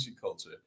culture